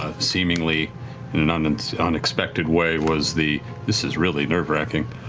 ah seemingly in an and unexpected way, was the this is really nerve-wracking.